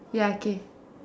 ya K